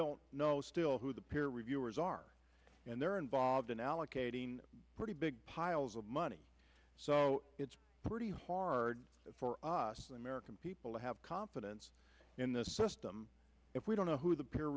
don't know still who the peer reviewers are and they're involved in allocating pretty big piles of money so it's pretty hard for us the american people to have confidence in the system if we don't know who the peer